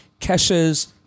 Kesha's